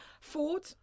Ford